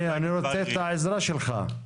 אני רוצה את העזרה שלך.